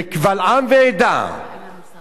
להוציא את הממצאים לאור.